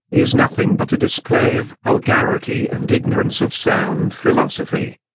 is nothing but a display of vulgarity and ignorance of sound philosophy.